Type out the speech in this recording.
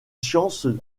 sciences